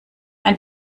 ein